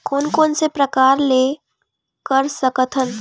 कोन कोन से प्रकार ले कर सकत हन?